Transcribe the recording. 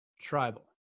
tribal